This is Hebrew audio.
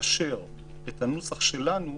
תאשר את הנוסח שלנו,